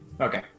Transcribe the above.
Okay